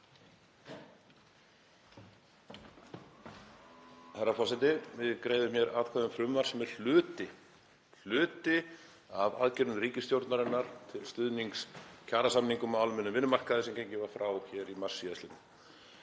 Herra forseti. Við greiðum hér atkvæði um frumvarp sem er hluti af aðgerðum ríkisstjórnarinnar til stuðnings kjarasamningum á almennum vinnumarkaði sem gengið var frá í mars síðastliðnum.